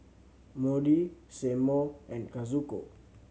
Maudie Seymour and Kazuko